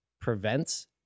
prevents